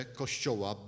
kościoła